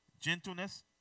gentleness